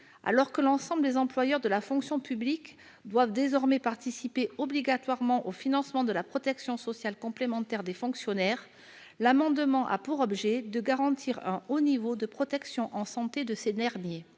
Alors que l'ensemble des employeurs de la fonction publique doivent désormais obligatoirement participer au financement de la protection sociale complémentaire des fonctionnaires, l'amendement a pour objet de garantir un haut niveau de protection en santé de ces derniers.